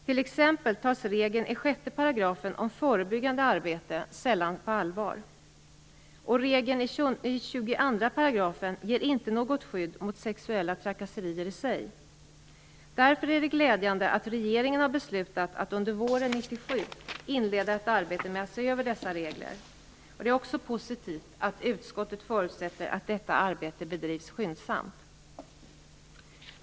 T.ex. tas regeln i 6 § om förebyggande arbete sällan på allvar, och regeln i 22 § ger inte något skydd mot sexuella trakasserier i sig. Därför är det glädjande att regeringen har beslutat att under våren 1997 inleda ett arbete med att se över dessa regler. Det är också positivt att utskottet förutsätter att detta arbete bedrivs skyndsamt.